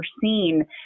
seen